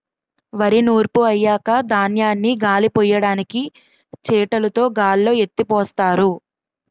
వరి నూర్పు అయ్యాక ధాన్యాన్ని గాలిపొయ్యడానికి చేటలుతో గాల్లో ఎత్తిపోస్తారు